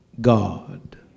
God